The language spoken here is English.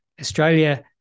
Australia